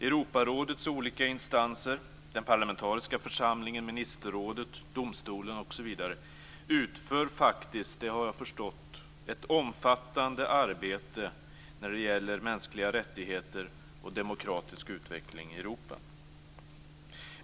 Europarådets olika instanser - den parlamentariska församlingen, ministerrådet, domstolen osv. - utför faktiskt ett omfattande arbete när det gäller mänskliga rättigheter och demokratisk utveckling i Europa. Det har jag förstått.